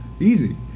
Easy